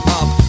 up